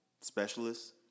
specialists